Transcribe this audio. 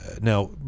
Now